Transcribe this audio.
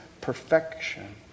perfection